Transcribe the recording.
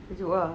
maju ah